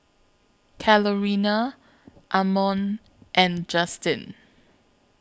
Carolina Ammon and Justyn